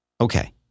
Okay